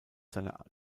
seiner